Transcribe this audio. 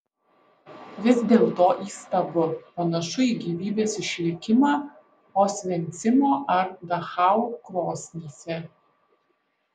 vis dėlto įstabu panašu į gyvybės išlikimą osvencimo ar dachau krosnyse